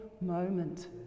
moment